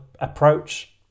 approach